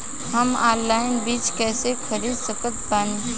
हम ऑनलाइन बीज कइसे खरीद सकत बानी?